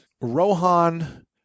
Rohan